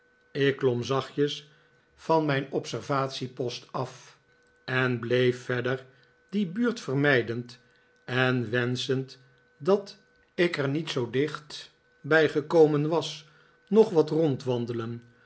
ik klom zachtjes van mijn observatie post af en bleef verder die buurt vermijdend en wenschend dat ik er niet zoo dicht bij gekomen was nog wat rondwandelen